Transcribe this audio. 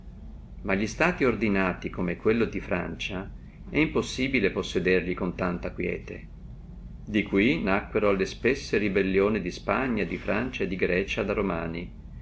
ma li stati ordinati come quello di francia è impossibile possederli con tanta quiete di qui nacquono le spesse rebellioni di spagna di francia e di grecia da romani